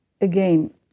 again